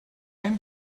ein